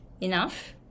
enough